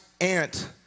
aunt